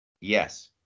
Yes